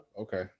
Okay